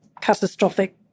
catastrophic